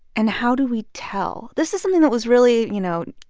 and how do we tell? this is something that was really, you know,